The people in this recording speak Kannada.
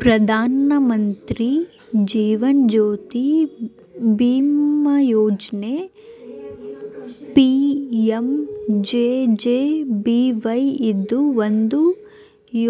ಪ್ರಧಾನ ಮಂತ್ರಿ ಜೀವನ್ ಜ್ಯೋತಿ ಬಿಮಾ ಯೋಜ್ನ ಪಿ.ಎಂ.ಜೆ.ಜೆ.ಬಿ.ವೈ ಇದು ಒಂದು